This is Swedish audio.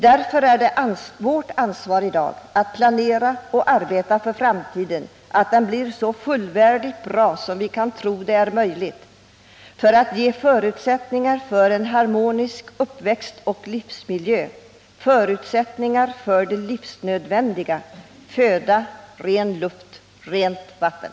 Därför är allas vårt ansvar i dag att planera och arbeta för att framtiden blir så fullvärdigt bra som vi kan tro är möjligt, att ge förutsättningar för harmonisk uppväxt och livsmiljö, förutsättningar för det livsnödvändiga: föda, ren luft och rent vatten.